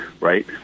right